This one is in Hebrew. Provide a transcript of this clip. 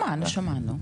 שמענו, שמענו.